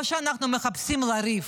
או שאנחנו מחפשים לריב.